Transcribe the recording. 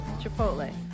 Chipotle